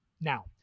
Now